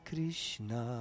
Krishna